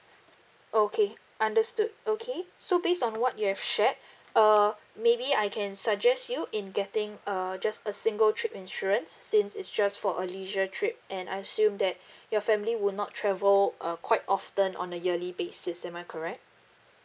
okay understood okay so based on what you have shared uh maybe I can suggest you in getting err just a single trip insurance since it's just for a leisure trip and I assume that your family would not travel uh quite often on a yearly basis am I correct